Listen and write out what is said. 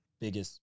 biggest